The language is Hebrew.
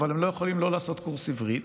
אבל הם לא יכולים לעשות כאן קורס עברית,